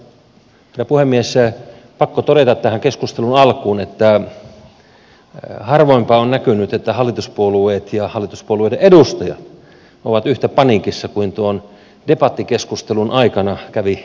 mutta arvoisa herra puhemies pakko todeta tähän keskustelun alkuun että harvoinpa on näkynyt että hallituspuolueet ja hallituspuolueiden edustajat ovat yhtä paniikissa kuin tuon debattikeskustelun aikana kävi ilmi